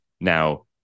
Now